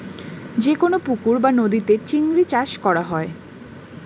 যে কোন পুকুর বা নদীতে চিংড়ি চাষ করা হয়